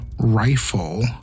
rifle